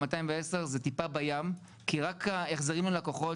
210 מיליון זה טיפה בים כי רק ההחזרים ללקוחות